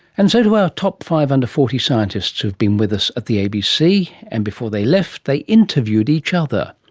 and so to our top five under forty scientists who've been with us at the abc, and before they left they interviewed each other.